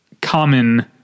Common